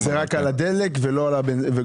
אולי זה רק על הבנזין ולא על הסולר?